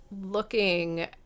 looking